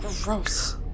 gross